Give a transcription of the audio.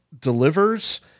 delivers